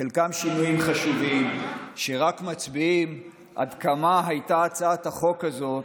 חלקם שינויים חשובים שרק מצביעים עד כמה הייתה הצעת החוק הזאת,